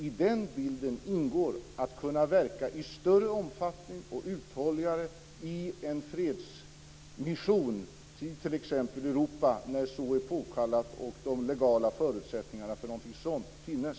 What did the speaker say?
I den bilden ingår att kunna verka i större omfattning och med större uthållighet i någon fredsmission, t.ex. i Europa, när så är påkallat och när de legala förutsättningarna för någonting sådant finnes.